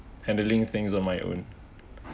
handling things on my own